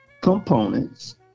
components